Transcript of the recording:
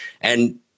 And-